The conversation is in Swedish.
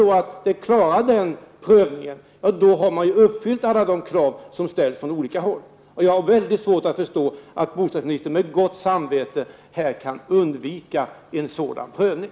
Klarar anläggningen den prövningen, har man ju uppfyllt alla de krav som ställs från olika håll. Jag har väldigt svårt att förstå att bostadsministern med gott samvete kan undvika en sådan prövning.